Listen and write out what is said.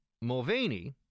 Mulvaney